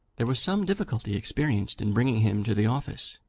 there was some difficulty experienced in bringing him to the office,